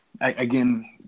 again